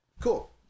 Cool